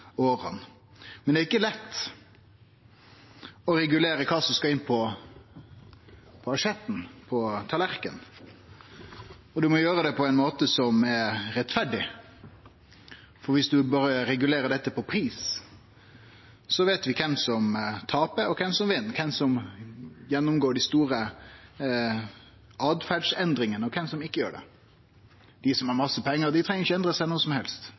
åra. Det er ikkje lett å regulere kva som skal på asjetten, på tallerkenen. Ein må gjere det på ein måte som er rettferdig, for viss ein berre regulerer dette på pris, veit vi kven som taper, og kven som vinn, kven som gjennomgår dei store åtferdsendringane, og kven som ikkje gjer det. Dei som har masse pengar, treng ikkje å endre seg noko som helst,